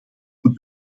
goed